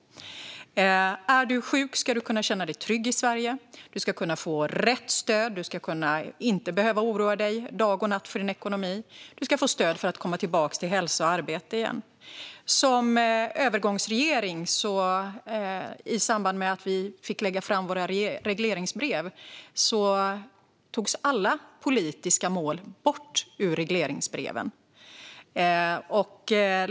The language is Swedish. Är du sjuk ska du kunna känna dig trygg i Sverige. Du ska kunna få rätt stöd, och du ska inte behöva oroa dig dag och natt för din ekonomi. Du ska få stöd för att komma tillbaka till hälsa och arbete. I samband med att vi som övergångsregering lade fram våra regleringsbrev togs alla politiska mål bort.